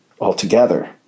altogether